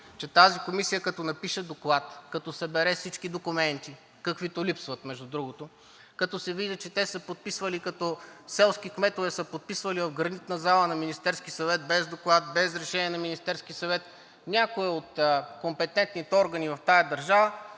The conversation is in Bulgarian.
че тази комисия, като напише доклад, като събере всички документи, каквито липсват, между другото, като се види, че те са подписвали, като селски кметове са подписвали в Гранитната зала на Министерския съвет – без доклад, без решение на Министерския съвет, някои от компетентните органи в тази държава